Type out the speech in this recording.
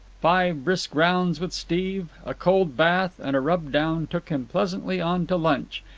five brisk rounds with steve, a cold bath, and a rub-down took him pleasantly on to lunch,